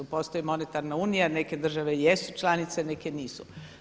Postoji Monetarna unija, neke države jesu članice, neke nisu.